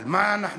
אבל מה קורה?